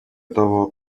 того